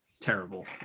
terrible